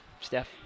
Steph